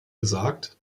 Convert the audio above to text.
gesagt